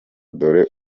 dore